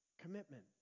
commitment